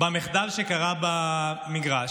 במחדל שקרה במגרש,